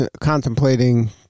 contemplating